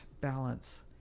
balance